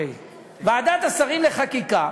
ועדת השרים לחקיקה